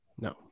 No